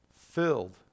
Filled